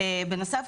בנוסף,